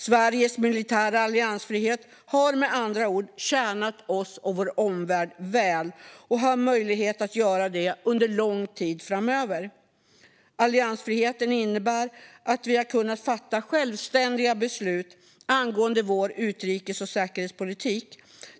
Sveriges militära alliansfrihet har med andra ord tjänat oss och vår omvärld väl och har möjlighet att göra det under lång tid framöver. Alliansfriheten innebär att vi har kunnat fatta självständiga beslut angående vår utrikes och säkerhetspolitik.